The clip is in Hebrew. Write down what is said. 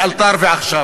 לאלתר ועכשיו.